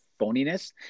phoniness